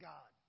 God